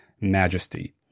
majesty